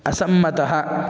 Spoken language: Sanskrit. असम्मतः